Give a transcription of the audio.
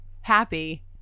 happy